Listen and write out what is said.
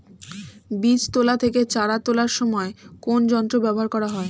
বীজ তোলা থেকে চারা তোলার সময় কোন যন্ত্র ব্যবহার করা হয়?